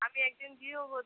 আমি একজন গৃহবধূ